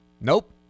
Nope